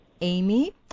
Amy